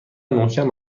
محکم